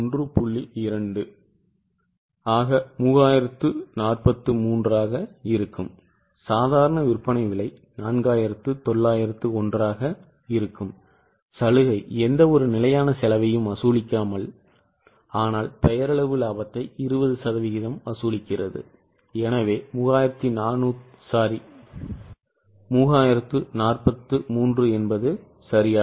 2 3043 ஆக இருக்கும்சாதாரண விற்பனை விலை 4901 ஆக இருக்கும் சலுகை எந்தவொரு நிலையான செலவையும் வசூலிக்காமல் ஆனால் பெயரளவு லாபத்தை 20 சதவிகிதம் வசூலிக்கிறது எனவே 3043 என்பது சரி